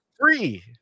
Free